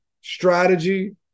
strategy